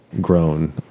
grown